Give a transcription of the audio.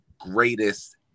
greatest